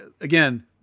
again